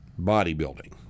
bodybuilding